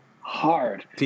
hard